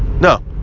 No